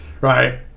right